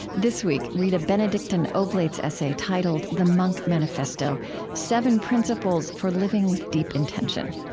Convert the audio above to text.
this week, read a benedictine oblate's essay titled the monk manifesto seven principles for living with deep intention.